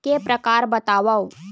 के प्रकार बतावव?